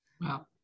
Wow